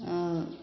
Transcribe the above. अऽ